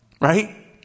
right